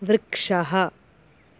वृक्षः